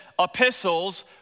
epistles